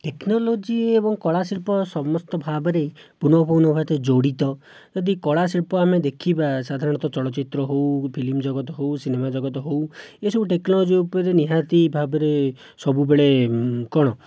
technology ଏବଂ କଳାଶିଳ୍ପ ସମସ୍ତ ଭାବରେ ପୁନଃ ପୁନଃ ଭାବେ ଜଡ଼ିତ ଯଦି କଳା ଶିଳ୍ପ ଆମେ ଦେଖିବା ସାଧାରଣତଃ ଚଳଚ୍ଚିତ୍ର ହେଉ ଫିଲ୍ମ ଜଗତ ହେଉ ସିନେମା ଜଗତ ହେଉ ଏହିସବୁ ଟେକ୍ନୋଲୋଜି ଉପରେ ନିହାତି ଭାବରେ ସବୁବେଳେ କ'ଣ